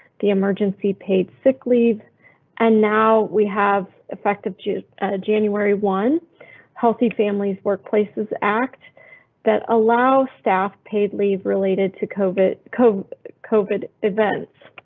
the emergency paid sick leave and now we have effective due ah january one healthy families, workplaces act that allow staff paid leave related to kovit co covid. event.